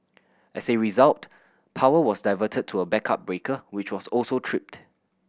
as a result power was diverted to a backup breaker which was also tripped